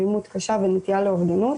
אלימות קשה ונטייה לאובדנות